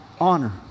honor